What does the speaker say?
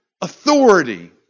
authority